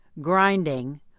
grinding